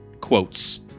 quotes